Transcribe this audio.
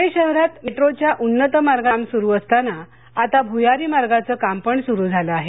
पुणे शहरात मेट्रो च्या उन्नत मार्गचं काम सुरू असताना आता भुयारी मार्गचं काम पण सुरू झालं आहे